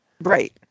Right